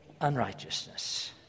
unrighteousness